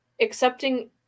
accepting